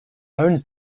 owns